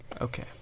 Okay